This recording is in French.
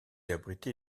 abrité